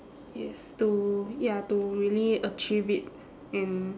yes to ya to really achieve it and